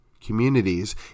communities